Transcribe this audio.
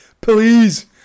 please